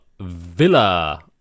Villa